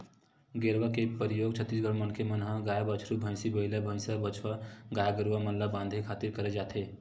गेरवा के परियोग छत्तीसगढ़िया मनखे मन ह गाय, बछरू, भंइसी, बइला, भइसा, बछवा गाय गरुवा मन ल बांधे खातिर करे जाथे